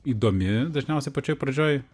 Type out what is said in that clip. įdomi dažniausiai pačioj pradžioj